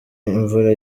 imvura